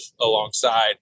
alongside